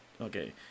okay